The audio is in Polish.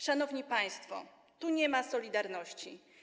Szanowni państwo, tu nie ma solidarności.